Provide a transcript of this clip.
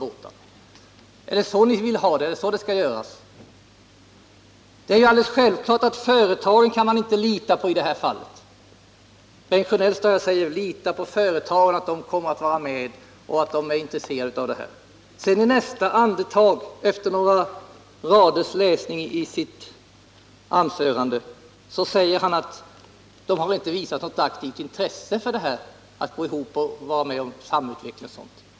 Är det så ni vill att det skall göras? Det är alldeles självklart att företagen kan man inte lita på i det här fallet. Bengt Sjönell säger: Lita på företagen. De kommer att vara med och vara intresserade av samarbete. I nästa andetag, efter några rader i sitt anförande, säger han att företagen inte har visat något aktivt intresse för att gå ihop och vara med om en samutveckling.